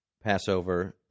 Passover